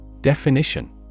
Definition